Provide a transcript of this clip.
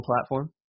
platform